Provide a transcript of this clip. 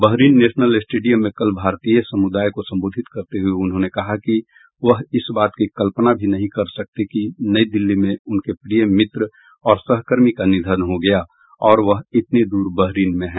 Bahrain national stadium में कल भारतीय समुदाय को संबोधित करते हुए उन्होंने कहा कि वह इस बात की कल्पना भी नहीं कर सकते कि नई दिल्ली में उनके प्रिय मित्र और सहकर्मी का निधन हो गया और वह इतनी दूर बहरीन में हैं